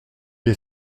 est